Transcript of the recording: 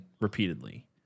repeatedly